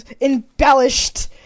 embellished